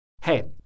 hey